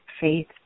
Faith